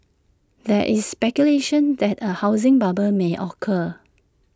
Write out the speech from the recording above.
there is speculation that A housing bubble may occur